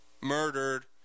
murdered